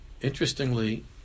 interestingly